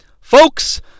Folks